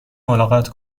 ملاقات